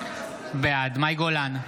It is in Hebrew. בעד מאי גולן,